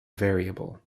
variable